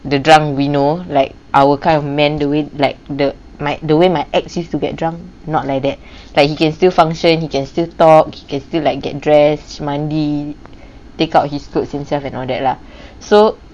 the drunk we know like our kind of men do it like the my the way my ex used to get drunk not like that like he can still function you can still talk he can still like get dressed mandi take out his clothes and stuff and all that lah so